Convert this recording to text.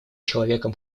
человеком